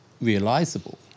realizable